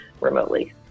remotely